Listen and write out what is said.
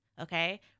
okay